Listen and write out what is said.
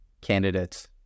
candidates